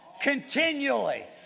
Continually